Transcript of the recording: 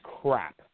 crap